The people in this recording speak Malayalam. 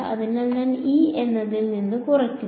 അതിനാൽ ഞാൻ E എന്നതിൽ നിന്ന് കുറയ്ക്കുന്നു